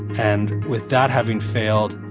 and with that having failed,